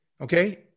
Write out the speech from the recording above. Okay